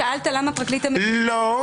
שאלת למה פרקליט המדינה --- לא.